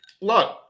Look